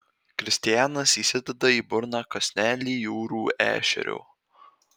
kristijanas įsideda į burną kąsnelį jūrų ešerio